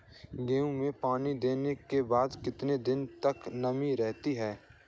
गेहूँ में पानी देने के बाद कितने दिनो तक नमी रहती है?